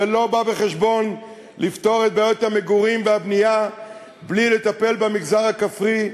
שלא בא בחשבון לפתור את בעיות המגורים והבנייה בלי לטפל במגזר הכפרי.